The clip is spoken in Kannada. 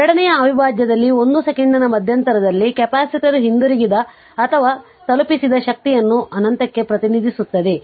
ಎರಡನೆಯ ಅವಿಭಾಜ್ಯದಲ್ಲಿ 1 ಸೆಕೆಂಡಿನ ಮಧ್ಯಂತರದಲ್ಲಿ ಕೆಪಾಸಿಟರ್ ಹಿಂದಿರುಗಿದ ಅಥವಾ ತಲುಪಿಸಿದ ಶಕ್ತಿಯನ್ನು ಅನಂತಕ್ಕೆ ಪ್ರತಿನಿಧಿಸುತ್ತದೆ